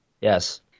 Yes